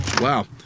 wow